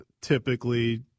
typically